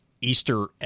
Easter